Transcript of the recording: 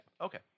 Okay